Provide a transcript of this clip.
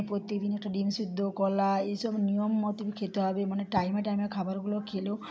প্রতিদিন একটু ডিম সেদ্ধ কলা এইসব নিয়ম মতন খেতে হবে মানে টাইমে টাইমে খাবারগুলো খেলেও